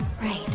Right